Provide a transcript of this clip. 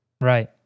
Right